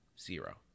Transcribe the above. Zero